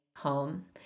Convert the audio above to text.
home